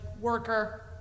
worker